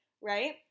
right